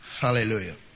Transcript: Hallelujah